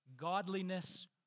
godliness